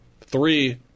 Three